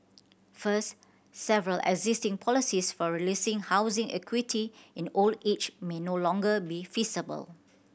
first several existing policies for releasing housing equity in old age may no longer be feasible